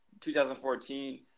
2014